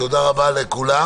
תודה רבה לכולם.